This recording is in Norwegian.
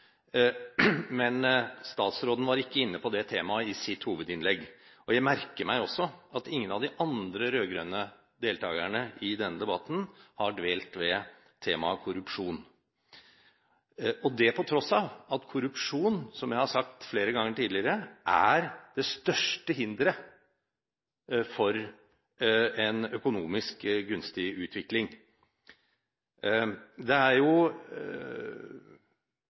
men statsråden var ikke inne på det temaet i sitt hovedinnlegg. Jeg merker meg også at ingen av de andre rød-grønne deltakerne i denne debatten har dvelt ved temaet korrupsjon, og det på tross av at korrupsjon – som jeg har sagt flere ganger tidligere – er det største hinderet for en økonomisk gunstig utvikling.